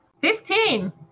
Fifteen